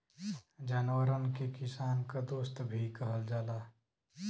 जानवरन के किसान क दोस्त भी कहल जाला